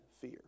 fear